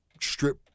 strip